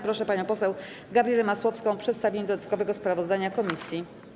Proszę panią poseł Gabrielę Masłowską o przedstawienie dodatkowego sprawozdania komisji.